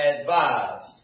Advised